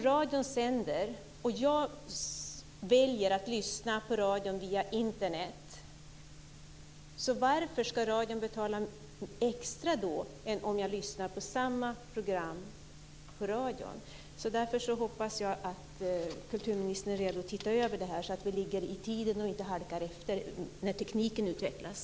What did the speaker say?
Radion sänder, och jag väljer att lyssna via Internet. Varför ska radion då betala mer än om jag lyssnar på samma program på radion? Därför hoppas jag att kulturministern är redo att titta över detta, så att vi ligger i tiden och inte halkar efter när tekniken utvecklas.